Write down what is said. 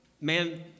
man